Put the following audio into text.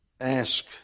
Ask